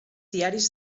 diaris